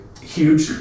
huge